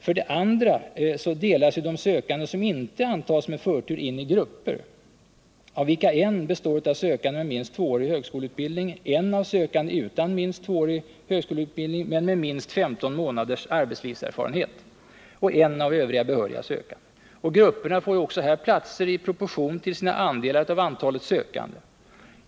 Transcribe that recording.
För det andra delas de sökande som inte antagits med förtur in i grupper av vilka en består av sökande med minst tvåårig högskoleutbildning, en av sökande utan minst tvåårig högskoleutbildning men med minst 15 månaders arbetslivserfarenhet och en av övriga behöriga sökande. Grupperna får också här platser i proportion till sina andelar av antalet sökande.